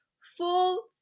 full